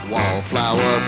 Wallflower